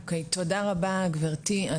תודה רבה גבירתי.